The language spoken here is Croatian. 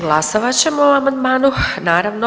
Glasovat ćemo o amandmanu, naravno.